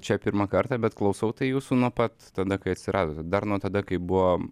čia pirmą kartą bet klausau jūsų nuo pat tada kai atsiradot dar nuo tada kai buvo